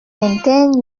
maintain